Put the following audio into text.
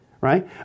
right